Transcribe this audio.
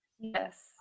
Yes